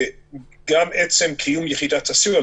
גם עצם קיום יחידת הסיוע,